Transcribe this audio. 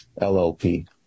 LLP